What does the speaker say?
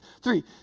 Three